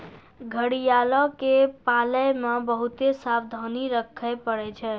घड़ियालो के पालै मे बहुते सावधानी रक्खे पड़ै छै